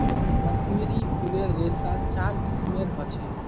कश्मीरी ऊनेर रेशा चार किस्मेर ह छे